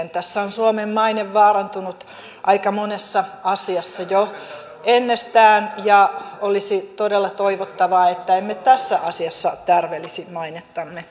tässä on suomen maine vaarantunut aika monessa asiassa jo ennestään ja olisi todella toivottavaa että emme tässä asiassa tärvelisi mainettamme